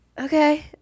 okay